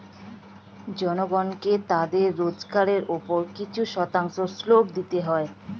জনগণকে তাদের রোজগারের উপর কিছু শতাংশ শুল্ক দিতে হয়